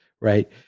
right